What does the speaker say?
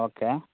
okay